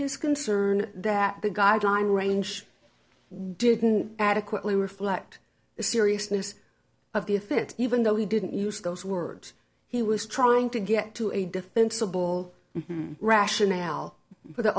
his concern that the guideline range didn't adequately reflect the seriousness of the if it even though he didn't use those words he was trying to get to a defensible rationale for the